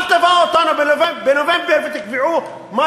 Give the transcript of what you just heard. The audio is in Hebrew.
אל תבואו אלינו בנובמבר ותקבעו מה